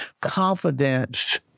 Confidence